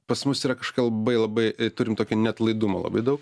pas mus yra kažkokia labai labai turim tokį neatlaidumą labai daug